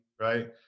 right